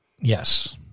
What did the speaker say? Yes